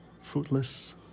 fruitless